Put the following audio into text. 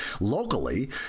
locally